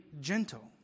gentle